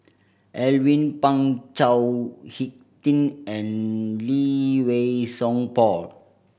Alvin Pang Chao Hick Tin and Lee Wei Song Paul